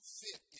fit